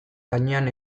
gainean